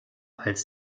als